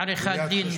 בעריכת דין.